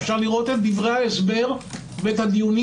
אפשר להיות את דברי ההסבר ואת הדיונים